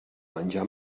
menjar